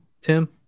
Tim